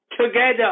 Together